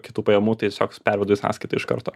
kitų pajamų tai tiesiog pervedu į sąskaitą iš karto